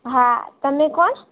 હા તમે કોણ